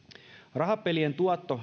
rahapelien tuotto käytetään